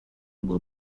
will